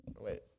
Wait